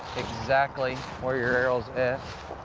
exactly where your arrow's at.